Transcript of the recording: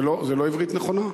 זה לא עברית נכונה?